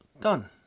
done